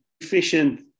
efficient